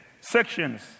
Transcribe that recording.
sections